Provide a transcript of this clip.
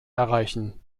erreichen